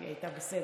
היא הייתה בסדר.